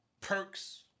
perks